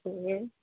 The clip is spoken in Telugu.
కే